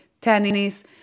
tennis